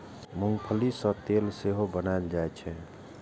मूंंगफली सं तेल सेहो बनाएल जाइ छै